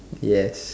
yes